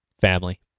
family